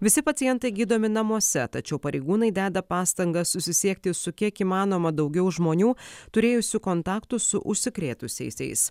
visi pacientai gydomi namuose tačiau pareigūnai deda pastangas susisiekti su kiek įmanoma daugiau žmonių turėjusių kontaktų su užsikrėtusiaisiais